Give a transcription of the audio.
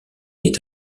est